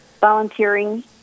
volunteering